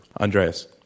Andreas